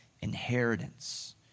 inheritance